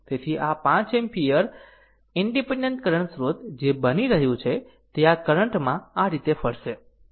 તેથી આ 5 ampere independent current સ્રોત જે બની રહ્યું છે તે આ કરંટ માં આ રીતે ફરશે